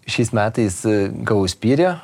šiais metais gavau spyrį